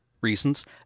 reasons